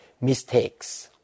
mistakes